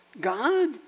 God